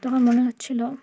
তোমার মনে হচ্ছিল